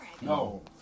No